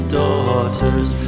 daughters